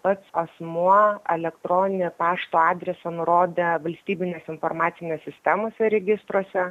pats asmuo elektroninio pašto adreso nurodę valstybinės informacinės sistemos registruose